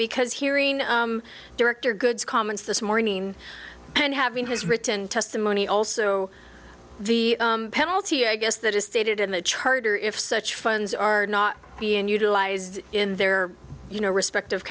because hearing director goods comments this morning and having his written testimony also the penalty i guess that is stated in the charter if such funds are not being utilized in their you know respective